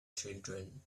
children